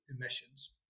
emissions